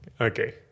Okay